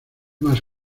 más